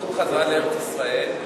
חזרו לארץ-ישראל,